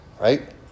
right